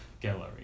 Gallery